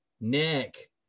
nick